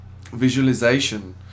visualization